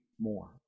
more